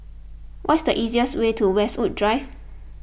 what is the easiest way to Westwood Drive